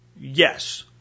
Yes